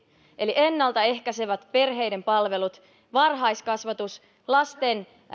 eli ennalta ehkäisevät perheiden palvelut varhaiskasvatus lasten